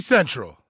Central